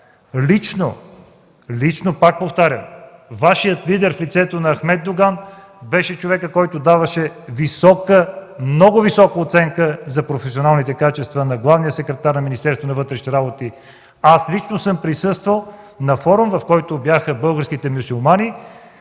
лично, пак повтарям, Вашият лидер в лицето на Ахмед Доган беше човекът, който даваше много висока оценка за професионалните качества на главния секретар на Министерството на вътрешните работи. Аз лично съм присъствал на форум, в който бяха българските мюсюлмани